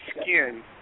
skin